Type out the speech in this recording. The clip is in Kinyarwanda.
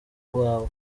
wawe